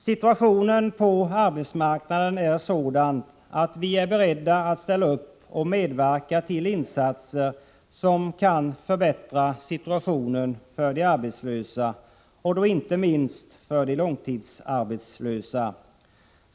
Situationen på arbetsmarknaden är sådan att vi är beredda att medverka till insatser som kan förbättra läget för de arbetslösa, inte minst för de långtidsarbetslösa.